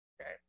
Okay